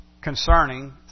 concerning